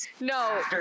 No